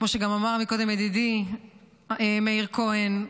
כמו שגם אמר קודם ידידי מאיר כהן,